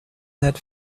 that